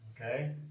Okay